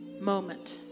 moment